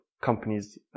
companies